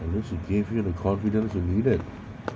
and then she gave you the confidence you needed